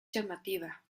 llamativa